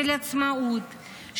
של עצמאות,